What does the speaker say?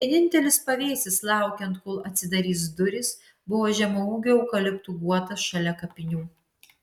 vienintelis pavėsis laukiant kol atsidarys durys buvo žemaūgių eukaliptų guotas šalia kapinių